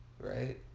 Right